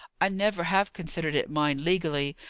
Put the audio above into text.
i never have considered it mine legally,